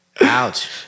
Ouch